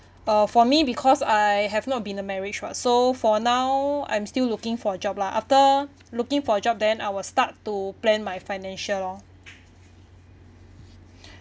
uh for me because I have not been in a marriage [what] so for now I'm still looking for a job lah after looking for a job then I will start to plan my financial lor